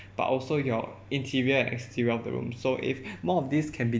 but also your interior and exterior of the room so if more of this can be